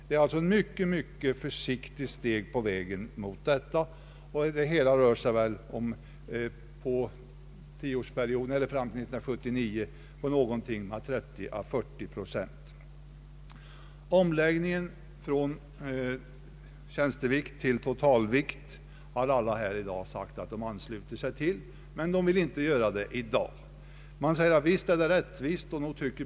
Den omläggning av kostnadsansvaret som här sker gäller fram till 1979 30 eller 40 procent. Omläggningen från tjänstevikt till totalvikt har alla här i dag anslutit sig till, men man vill inte genomföra den nu.